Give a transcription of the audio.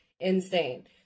insane